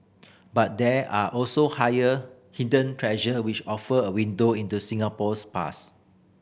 but there are also higher hidden treasure which offer a window into Singapore's past